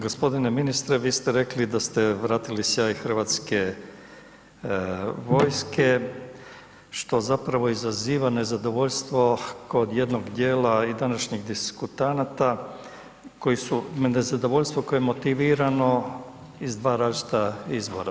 Gospodine ministre, vi ste rekli da ste vratili sjaj Hrvatske vojske što zapravo izaziva nezadovoljstvo kod jednog dijela i današnjih diskutanata koji su, nezadovoljstvo koje je motivirano iz dva različita izvora.